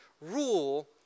rule